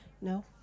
no